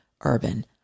urban